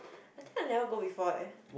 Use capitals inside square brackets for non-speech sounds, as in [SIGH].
[BREATH] I think I never go before eh